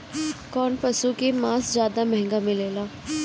कौन पशु के मांस ज्यादा महंगा मिलेला?